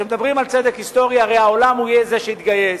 כשמדברים על צדק היסטורי הרי העולם יהיה זה שיתגייס,